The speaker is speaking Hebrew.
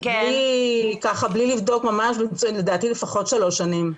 בלי לבדוק ממש, לפחות שלוש שנים.